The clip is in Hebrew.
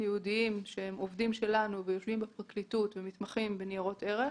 ייעודיים שיושבים בפרקליטות ומתמחים בניירות ערך.